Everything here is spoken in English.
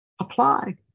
Apply